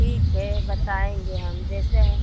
ठीक है बताएंगे हम जैसे हैं